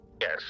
yes